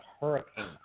hurricane